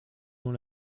dans